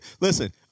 listen